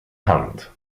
hand